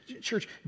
Church